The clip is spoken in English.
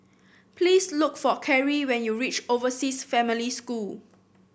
please look for Carrie when you reach Overseas Family School